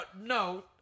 no